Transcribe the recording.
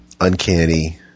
Uncanny